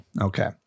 Okay